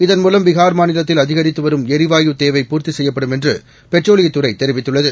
இதன் மூலம் பீகார்மாநிலத்தில்அதிகரித்துவரும்எரிவாயுதேவைபூர்த்தி செய்யப்படும்என்றுபெட்ரோலியத்துறைதெரிவித்துள்ளது